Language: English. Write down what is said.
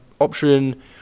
Option